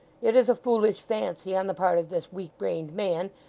it is a foolish fancy on the part of this weak-brained man,